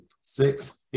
six